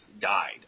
died